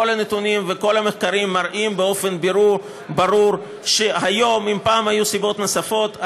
כל הנתונים וכל המחקרים מראים באופן ברור שאם פעם היו סיבות נוספות,